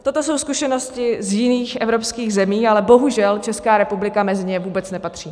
Toto jsou zkušenosti z jiných evropských zemí, ale bohužel Česká republika mezi ně vůbec nepatří.